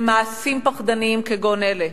למעשים פחדניים כגון אלה.